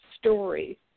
story